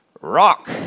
rock